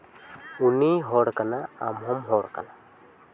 ᱩᱱᱤ ᱦᱚᱲ ᱠᱟᱱᱟᱭ ᱟᱢ ᱦᱚᱢ ᱦᱚᱲ ᱠᱟᱱᱟ